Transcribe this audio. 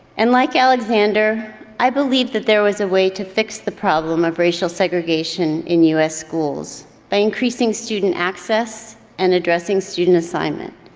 and like alexander, i believed that there was a way to fix the problem of racial segregation in us schools by increasing student access and addressing student assignment.